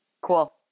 Cool